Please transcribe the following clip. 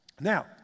Now